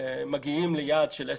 מגיעים ליעד של 10%,